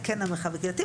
הקהילתי.